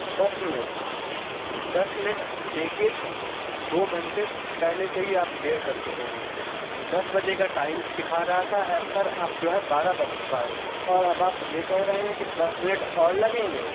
دس minute دس minute دیکھیے دو گھنٹے پہلے سے ہی آپ دیر کر چکے ہیں دس بجے کا ٹائم دکھا رہا تھا ایپ پر اب جو ہے بارہ بج چکا ہے اور اب آپ یہ کہہ رہے ہیں کہ دس منٹ اور لگیں گے